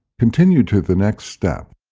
continue to the next step.